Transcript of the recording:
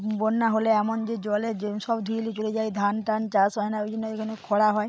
বন্যা হলে এমন যে জলে যে সব ধুয়ে নিয়ে চলে যায় ধান টান চাষ হয় না ওই জন্য ওইখানে খরা হয়